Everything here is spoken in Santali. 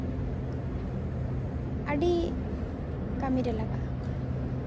ᱟᱹᱰᱤ ᱠᱟᱹᱢᱤ ᱨᱮ ᱞᱟᱜᱟᱜᱼᱟ